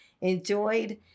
enjoyed